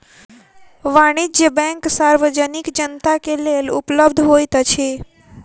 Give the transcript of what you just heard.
वाणिज्य बैंक सार्वजनिक जनता के लेल उपलब्ध होइत अछि